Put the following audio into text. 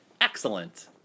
excellent